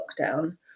lockdown